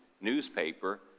newspaper